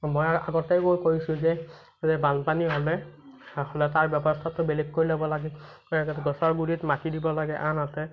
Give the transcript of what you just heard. মই আগতেই কৈছোঁ যে বানপানী হ'লে তাৰ ব্যৱস্থাটো বেলেগকৈ ল'ব লাগিব গছৰ গুড়িত মাটি দিব লাগে আনহাতে